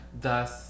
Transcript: thus